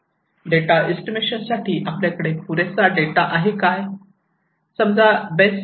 data estimation साठी आपल्याकडे पुरेसा डेटा आहे काय